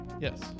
Yes